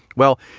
well,